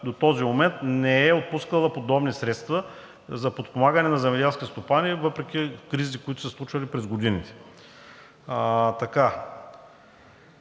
до този момент не е отпускала подобни средства за подпомагане на земеделски стопани въпреки кризите, които са се случвали през годините.